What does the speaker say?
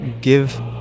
give